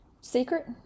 secret